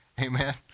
Amen